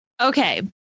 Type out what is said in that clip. Okay